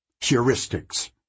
Heuristics